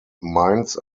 minds